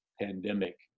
pandemic